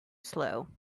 slow